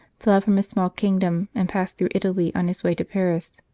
fled from his small kingdom and passed through italy on his way to paris.